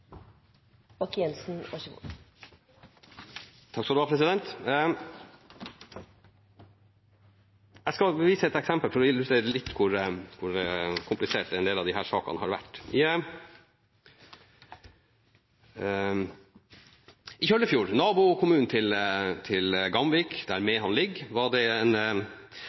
hender, og så blir Noreg ein råvareleverandør. Det er ikkje ein industripolitikk for fiskerinæringa. Jeg skal gi et eksempel for å illustrere hvor kompliserte en del av disse sakene har vært. I Kjøllefjord, nabokommunen til Gamvik, der Mehamn ligger, fikk man tilført en